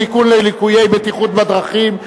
תיקון ליקויי בטיחות בדרכים),